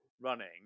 running